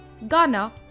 Ghana